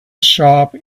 shop